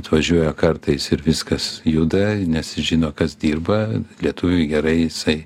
atvažiuoja kartais ir viskas juda nes žino kas dirba lietuviui gerai jisai